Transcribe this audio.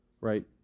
right